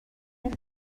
خونه